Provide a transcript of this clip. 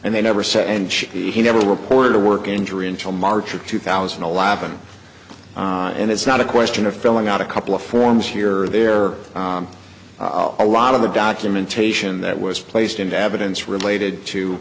and they never said and she never reported to work injury until march of two thousand and eleven and it's not a question of filling out a couple of forms here there are a lot of the documentation that was placed into evidence related to